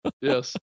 Yes